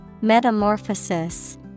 Metamorphosis